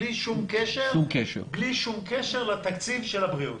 בלי שום קשר לתקציב של הבריאות.